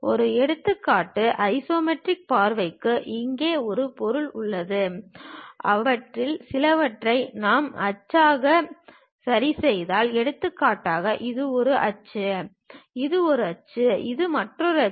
ஒரு எடுத்துக்காட்டு ஐசோமெட்ரிக் பார்வைக்கு இங்கே ஒரு பொருள் உள்ளது அவற்றில் சிலவற்றை நாம் அச்சாக சரிசெய்தால் எடுத்துக்காட்டாக இது ஒரு அச்சு இது மற்றொரு அச்சு இது மற்றொரு அச்சு